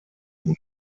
union